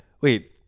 Wait